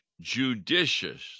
judicious